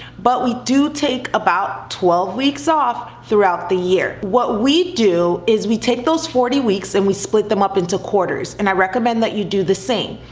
but we do take about twelve weeks off throughout the year. what we do is, we take those forty weeks and we split them up into quarters, and i recommend that you do the same.